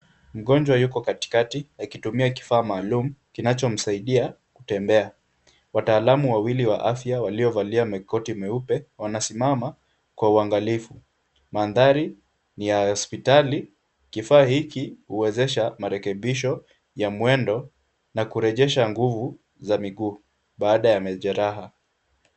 Mgonjwa yuko katikati akitumia kifaa maalum kinachomsaidia kutembea. Wataalamu wawili wa afya waliovalia koti nyeupe wanasimama kwa uangalifu. Mandhari ni ya hospitali, kifaa hiki huwezesha marekebisho ya mwendo na kurejesha nguvu za miguu baada ya majeraha.